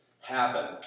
happen